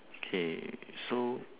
okay so